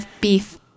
beef